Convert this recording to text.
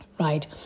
Right